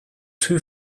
too